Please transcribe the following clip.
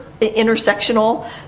intersectional